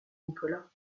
nicolas